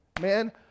man